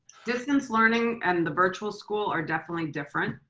distance learning and the virtual school are definitely different.